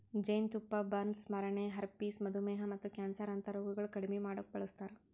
ಜೇನತುಪ್ಪ ಬರ್ನ್ಸ್, ಸ್ಮರಣೆ, ಹರ್ಪಿಸ್, ಮಧುಮೇಹ ಮತ್ತ ಕ್ಯಾನ್ಸರ್ ಅಂತಾ ರೋಗಗೊಳ್ ಕಡಿಮಿ ಮಾಡುಕ್ ಬಳಸ್ತಾರ್